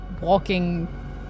walking